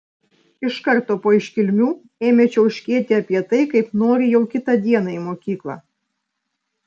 iš karto po iškilmių ėmė čiauškėti apie tai kaip nori jau kitą dieną į mokyklą